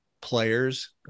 players